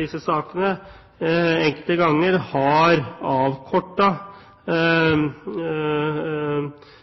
disse sakene enkelte ganger har